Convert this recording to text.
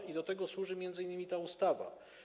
I do tego służy m.in. ta ustawa.